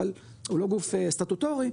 הוא לא גוף סטטוטורי,